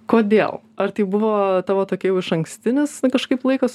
kodėl ar tai buvo tavo tokia jau išankstinis na kažkaip laikas